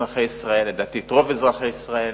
לדעתי, את רוב אזרחי ישראל,